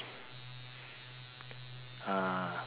uh